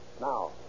Now